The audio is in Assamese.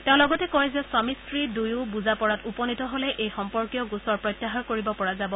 তেওঁ লগতে কয় যে স্বামী স্ত্ৰী দুয়ো আপোচত উপনীত হলে এই সম্পৰ্কীয় গোচৰ প্ৰত্যাহাৰ কৰিব পৰা যাব